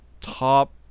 top –